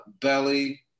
belly